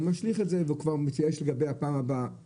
הוא משליך את זה וכבר מתייאש לפעם הבאה.